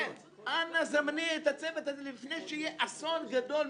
אנא, זמני את הצוות הזה לפני שיהיה אסון גדול.